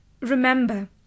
remember